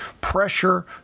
pressure